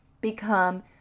become